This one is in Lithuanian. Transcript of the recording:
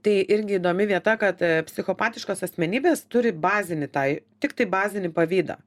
tai irgi įdomi vieta kad psichopatiškos asmenybės turi bazinį tą tiktai bazinį pavydą